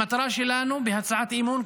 המטרה שלנו בהצעת האי-אמון,